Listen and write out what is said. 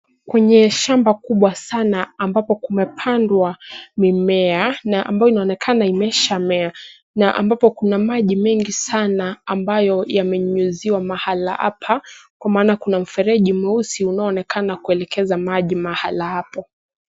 Kwenye shamba kubwa sana, ambapo kumepandwa mimea na ambayo inaonekana imeshamea na ambapo kuna maji mengi sana, ambayo yamenyunyiziwa mahali hapa, kwa maana kuna mfereji mweusi, unaoonekana kuelekeza maji mahali hapo.